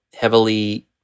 heavily